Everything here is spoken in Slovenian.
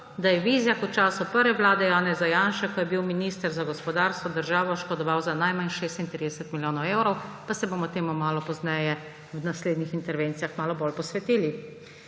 da je Vizjak v času prve vlade Janeza Janše, ko je bil minister za gospodarstvo, državo oškodoval za najmanj 36 milijonov evrov. Pa se bomo temu malo pozneje v naslednjih intervencijah malo bolj posvetili.